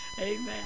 Amen